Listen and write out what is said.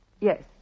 Yes